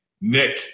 Nick